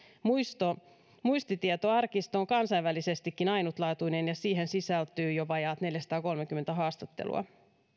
muistitietoarkisto on kansainvälisestikin ainutlaatuinen ja siihen sisältyy jo vajaat neljäsataakolmekymmentä haastattelua